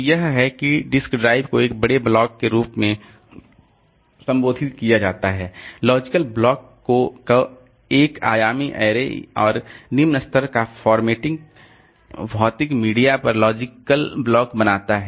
तो यह है कि डिस्क ड्राइव को एक बड़े ब्लॉक के रूप में संबोधित किया जाता है लॉजिकल ब्लॉक का एक आयामी ऐरे और निम्न स्तर का फॉर्मेटिंग भौतिक मीडिया पर लॉजिकल ब्लॉक बनाता है